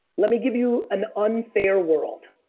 let me give you an unfair world.